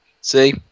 See